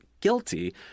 guilty